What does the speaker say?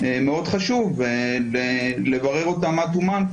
מאוד חשוב לברור אותן עד תומן,